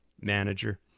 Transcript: manager